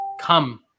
come